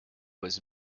was